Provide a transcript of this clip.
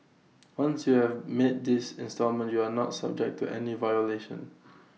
once you have made this instalment you are not subject to any violation